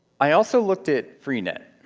i also looked at freenet.